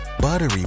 buttery